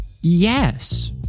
Yes